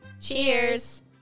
Cheers